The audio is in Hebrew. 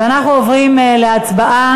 ואנחנו עוברים להצבעה.